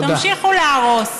תמשיכו להרוס.